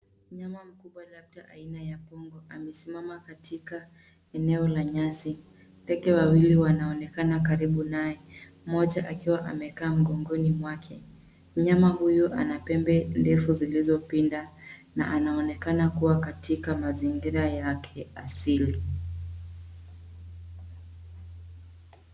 Mnyama mkubwa labda aina ya mbogo amesimama katika eneo la nyasi. Ndege wawili wanaonekana karibu naye. Mmoja akiwa amekaa mgongoni mwake. Mnyama huyu ana pembe ndefu zilizopinda na anaonekana kuwa katika mazingira yake asili.